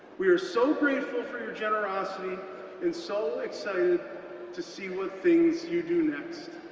we are so grateful for your generosity and so excited to see what things you do next.